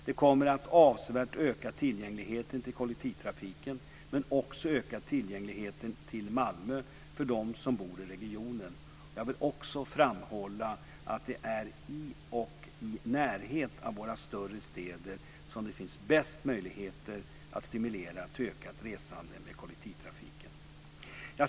Det kommer att avsevärt öka tillgängligheten till kollektivtrafiken men också öka tillgängligheten till Malmö för dem som bor i regionen. Jag vill också framhålla att det är i och i närheten av våra större städer som bästa möjligheterna finns att stimulera till ökat resande med kollektivtrafiken.